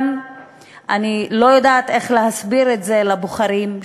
אני לא יודעת איך להסביר את זה לבוחרים,